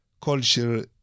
culture